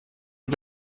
und